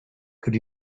could